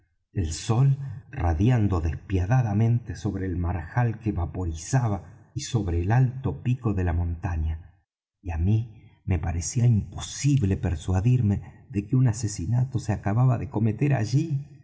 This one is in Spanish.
el sol radiando despiadadamente sobre el marjal que vaporizaba y sobre el alto pico de la montaña y á mí me parecía imposible persuadirme de que un asesinato se acababa de cometer allí